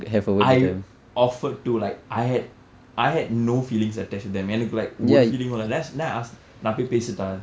I offered to like I had I had no feelings attached to them எனக்கு:enakku like ஒரு:oru feeling இல்லை:illai then I then I ask நான் போய் பேசட்டா:naan poi paesttaa